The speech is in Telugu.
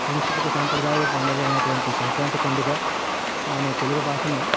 సంస్కృతిక సాంప్రదాయమైన పండుగ అయినటువంటి సంక్రాంతి పండుగ మన తెలుగు భాషను